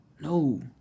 No